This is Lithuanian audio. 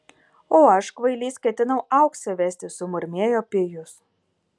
o aš kvailys ketinau auksę vesti sumurmėjo pijus